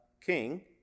King